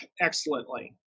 excellently